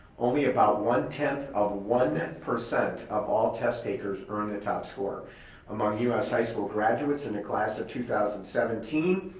only about one-tenth of one percent of all test takers earn the top score among u s. high school graduates in the class of two thousand and seventeen,